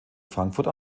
frankfurt